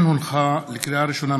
לקריאה ראשונה,